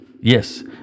yes